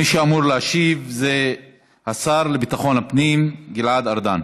מי שאמור להשיב זה השר לביטחון פנים גלעד ארדן.